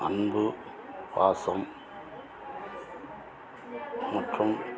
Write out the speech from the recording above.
அன்பு பாசம் மற்றும்